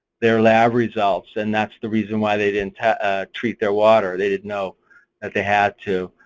their lab results, and that's the reason why they didn't treat their water, they didn't know that they had to.